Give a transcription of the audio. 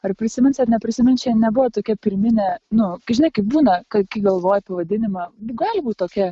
ar prisimins ar neprisimins čia nebuvo tokia pirminė nu žinai kaip būna ka kai galvoji pavadinimą gali būt tokia